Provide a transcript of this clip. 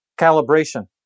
calibration